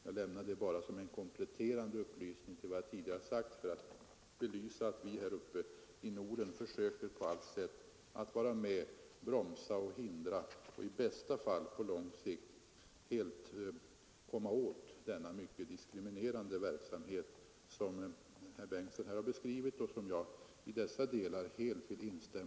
Jag nämner det som en kompletterande upplysning till vad jag tidigare har ker att på allt sätt att vara med, bromsa och hindra och i bästa fall på lång sikt helt komma åt denna mycket diskriminerande verksamhet som herr Bengtsson har beskrivit och som jag är överens med honom om att vi måste motarbeta.